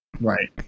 right